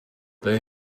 they